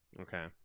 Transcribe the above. Okay